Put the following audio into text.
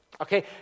Okay